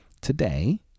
today